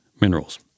minerals